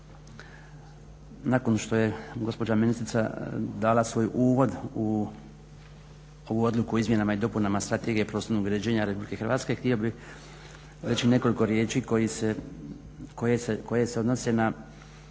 Nakon što je gospođa ministrica dala svoj uvod u ovu Odluku o Izmjenama i dopunama Strategije prostornog uređenja Republike Hrvatske htio bih reći nekoliko riječi koje se odnose na